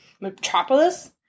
metropolis